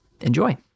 Enjoy